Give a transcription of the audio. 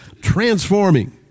transforming